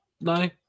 no